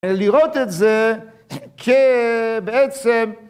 ‫לראות את זה כבעצם...